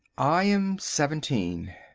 i am seventeen.